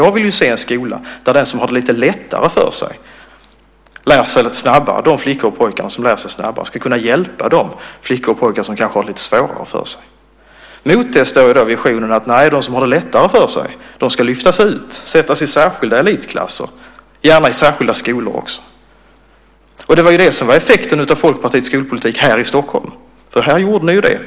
Jag vill se en skola där de flickor och pojkar som har det lite lättare för sig, som lär sig snabbare, ska kunna hjälpa de flickor och pojkar som kanske har lite svårare för sig. Mot det står visionen att de som har lättare för sig ska lyftas ut, sättas i särskilda elitklasser, gärna i särskilda skolor också. Det var det som var effekten av Folkpartiets skolpolitik här i Stockholm. Här gjorde ni ju det.